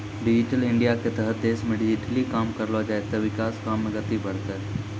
digital इंडियाके तहत देशमे डिजिटली काम करलो जाय ते विकास काम मे गति बढ़तै